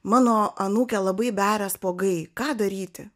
mano anūkę labai beria spuogai ką daryti